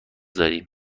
داریم